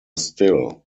still